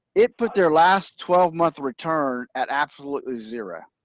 it put their last twelve months returned at absolute zero.